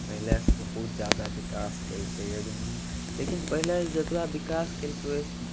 पहिलेसँ बहुत ज्यादा विकास केलकैए दुनिआँ लेकिन पहिलेसँ जतबा विकास केलकै ओहिसँ